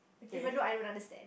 even though I don't understand